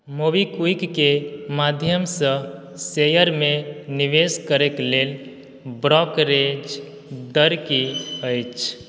मोबीक्विककें माध्यमसँ शेयरमे निवेश करऽ लेल ब्रोकरेज दर की अछि